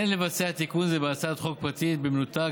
אין לבצע תיקון זה בהצעת חוק פרטית במנותק